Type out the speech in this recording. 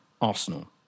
arsenal